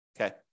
okay